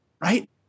right